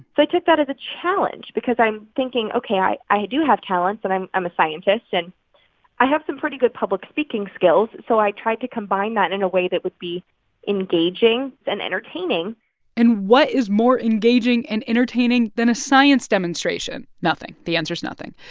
but took that as a challenge because i'm thinking, ok, i i do have talents. and i'm i'm a scientist, and i have some pretty good public speaking skills. so i tried to combine that in a way that would be engaging and entertaining and what is more engaging and entertaining than a science demonstration? nothing. the answer's nothing.